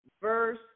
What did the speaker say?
verse